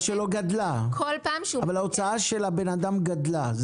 אבל ההוצאה של האדם גדלה.